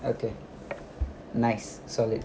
okay nice solid